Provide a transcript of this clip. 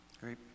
Great